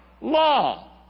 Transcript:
Law